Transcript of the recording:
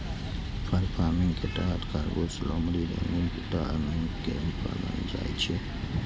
फर farming के तहत खरगोश, लोमड़ी, रैकून कुत्ता आ मिंक कें पालल जाइ छै